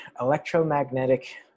electromagnetic